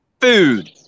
food